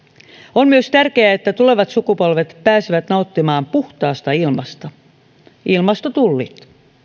on myös tärkeää että tulevat sukupolvet pääsevät nauttimaan puhtaasta ilmasta ilmastotullit